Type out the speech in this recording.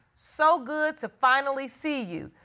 so good to finally see you.